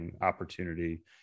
opportunity